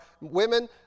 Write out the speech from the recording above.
women